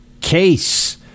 Case